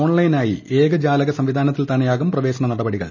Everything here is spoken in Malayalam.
ഓൺലൈനായി ഏകജാലക സംവിധാനത്തിൽത്തന്നെയാകും പ്രവേശന നടപടികൾ